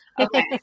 Okay